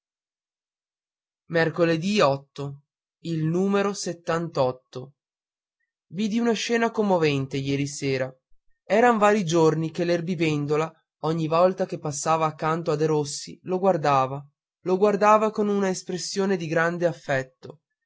scuola il numero dì idi una scena commovente ieri sera eran vari giorni che l'erbivendola ogni volta che passava accanto a derossi lo guardava lo guardava con una espressione di grande affetto